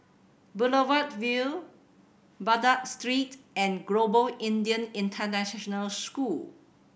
Boulevard Vue Baghdad Street and Global Indian International School